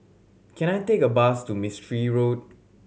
can I take a bus to Mistri Road